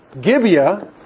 Gibeah